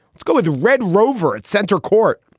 let's go with the red rover at center court.